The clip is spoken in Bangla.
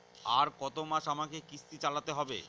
আর কতমাস আমাকে কিস্তি চালাতে হবে?